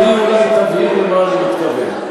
והיא אולי תבהיר למה אני מתכוון.